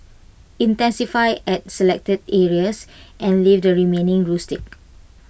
intensify at selected areas and leave the remaining rustic